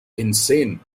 insane